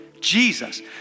Jesus